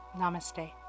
namaste